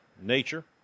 nature